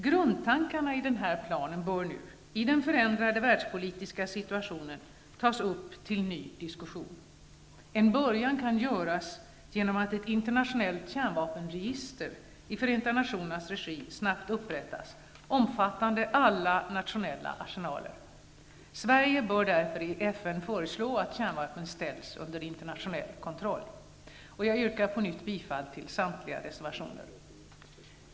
Grundtankarna i denna plan bör nu, i den förändrade världspolitiska situationen, tas upp till ny diskussion. En början kan göras genom att ett internationellt kärnvapenregister i Förenta nationernas regi snabbt upprättas, omfattande alla nationella arsenaler. Sverige bör därför i FN föreslå att kärnvapen ställs under internationell kontroll. Jag yrkar på nytt bifall till samtliga reservationer.